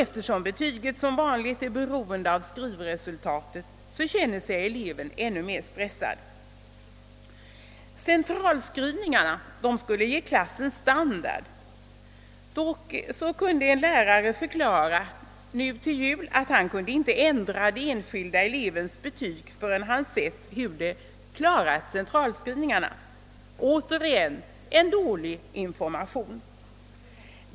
Eftersom betyget som vanligt är beroende av skrivresultatet, känner sig eleven då ännu mer stressad. Centralskrivningarnas resultat skall bestämma klassens standard. Det kan dock förekomma att en lärare förklarar sig inte kunna ändra de enskilda elevernas betyg förrän han sett hur de klarat centralskrivningarna — återigen ett bevis på dålig information.